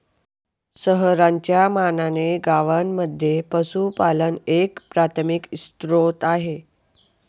शहरांच्या मानाने गावांमध्ये पशुपालन एक प्राथमिक स्त्रोत आहे